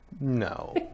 No